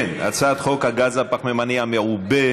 ההצעה להעביר את הצעת חוק הגז הפחמימני המעובה,